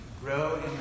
Grow